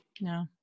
No